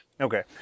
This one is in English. Okay